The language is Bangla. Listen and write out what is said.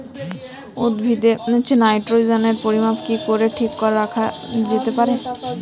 উদ্ভিদে নাইট্রোজেনের পরিমাণ কি করে ঠিক রাখা যেতে পারে?